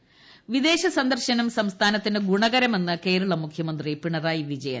മുഖ്യമന്ത്രി വിദേശ സന്ദർശനം സംസ്ഥാനത്തിന് ഗുണകരമെന്ന് കേരള മുഖ്യമന്ത്രി പിണറായി വിജയൻ